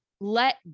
let